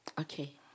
okay